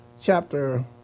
chapter